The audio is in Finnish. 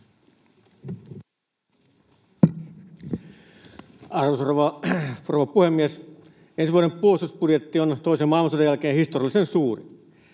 rouva puhemies! Ensi vuoden puolustusbudjetti on toisen maailmansodan jälkeen historiallisen suuri,